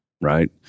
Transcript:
right